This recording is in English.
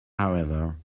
however